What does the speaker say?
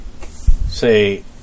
say